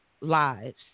lives